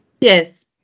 yes